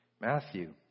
Matthew